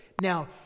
Now